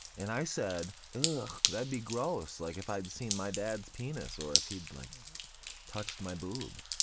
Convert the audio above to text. and i said yuck, that'd be gross like if i'd seen my dad's penis or if he'd like touched my boob,